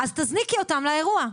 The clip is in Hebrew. אז תזניקי אותם לאירוע.